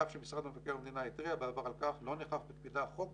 ואף שמבקר המדינה התריע בעבר על כך לא נאכף בקפידה החוק